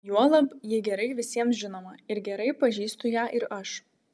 juolab ji gerai visiems žinoma ir gerai pažįstu ją ir aš